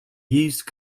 used